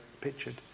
pictured